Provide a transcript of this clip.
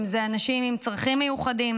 אם זה אנשים עם צרכים מיוחדים